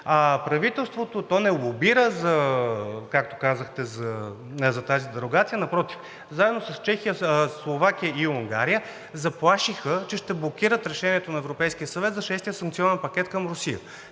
Правителството не лобира, както казахте за тази дерогация, напротив, заедно с Чехия, Словакия и Унгария заплашиха, че ще блокират решението на Европейския съвет за шестия санкционен пакет към Русия.